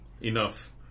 enough